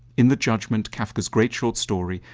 in the judgment, kafka's great short story,